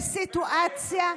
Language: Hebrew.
שבסיטואציה כזאת,